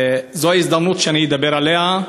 זו ההזדמנות שאני אדבר עליה.